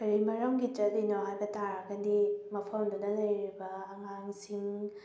ꯀꯔꯤ ꯃꯔꯝꯒꯤ ꯆꯠꯂꯤꯅꯣ ꯍꯥꯏꯕ ꯇꯥꯔꯒꯗꯤ ꯃꯐꯝꯗꯨꯗ ꯂꯩꯔꯤꯕ ꯑꯉꯥꯡꯁꯤꯡ